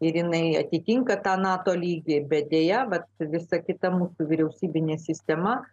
ir jinai atitinka tą nato lygį bet deja vat visa kita mūsų vyriausybinė sistema